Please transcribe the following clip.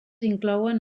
inclouen